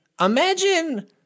imagine